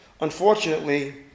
unfortunately